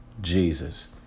Jesus